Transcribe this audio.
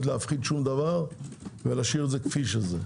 להפחית שום דבר ולהשאיר את זה כפי שהוא.